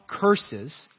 curses